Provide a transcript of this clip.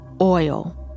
oil